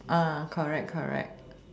correct correct